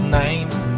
name